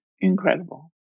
incredible